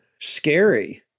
scary